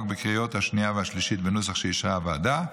בקריאות השנייה והשלישית בנוסח שאישרה הוועדה.